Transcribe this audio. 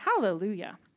Hallelujah